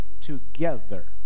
together